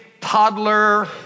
toddler